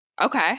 Okay